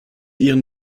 ihren